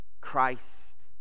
christ